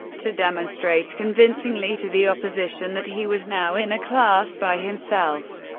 to demonstrate convincingly to the opposition that he was now in a class by himself.